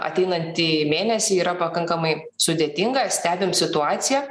ateinantį mėnesį yra pakankamai sudėtinga stebim situaciją